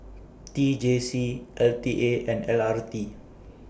T J C L T A and L R T